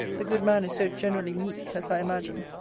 the good man is so generally meek, as i imagine,